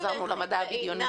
חזרנו למדע הבדיוני.